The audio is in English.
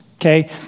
okay